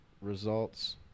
results